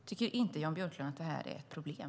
Tycker inte Jan Björlund att det är ett problem?